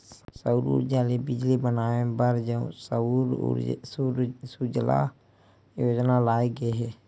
सउर उरजा ले बिजली बनाए बर सउर सूजला योजना लाए गे हे